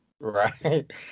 Right